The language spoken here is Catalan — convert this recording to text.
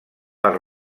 per